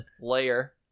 layer